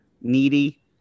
needy